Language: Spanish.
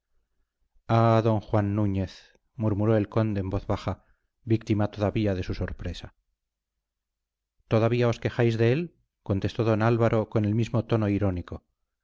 don juan núñez murmuró el conde en voz baja víctima todavía de su sorpresa todavía os quejáis de él contestó don álvaro con el mismo tono irónico